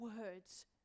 words